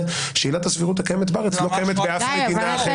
שעילת הסבירות הקיימת בארץ לא קיימת באף מדינה.